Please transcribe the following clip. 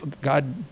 God